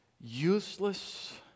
useless